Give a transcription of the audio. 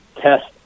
test